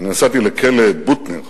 נסעתי לכלא "בוטנר".